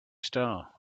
star